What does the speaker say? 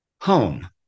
home